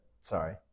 Sorry